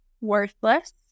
worthless